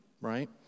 right